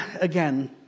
again